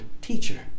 teacher